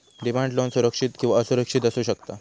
demand loan सुरक्षित किंवा असुरक्षित असू शकता